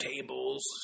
tables